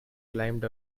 climbed